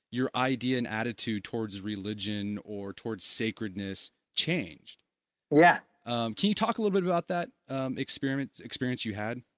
your idea and attitude towards religion or towards sacredness change yes yeah um can you talk a little bit about that experience experience you had?